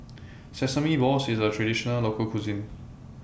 Sesame Balls IS A Traditional Local Cuisine